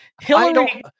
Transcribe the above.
Hillary